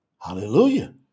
Hallelujah